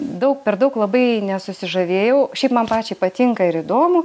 daug per daug labai nesusižavėjau šiaip man pačiai patinka ir įdomu